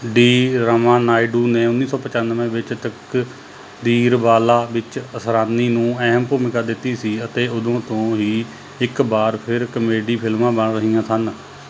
D Ramanaidu ਨੇ ਉੱਨੀ ਸੌ ਪਚਾਨਵੇਂ ਵਿੱਚ ਤਕਦੀਰਵਾਲਾ ਵਿੱਚ ਅਸਰਾਨੀ ਨੂੰ ਅਹਿਮ ਭੂਮਿਕਾ ਦਿੱਤੀ ਸੀ ਅਤੇ ਉਦੋਂ ਤੋਂ ਹੀ ਇੱਕ ਵਾਰ ਫਿਰ ਕਾਮੇਡੀ ਫਿਲਮਾਂ ਬਣ ਰਹੀਆਂ ਸਨ